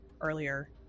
earlier